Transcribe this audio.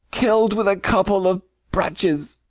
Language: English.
kill'd with a couple of braches!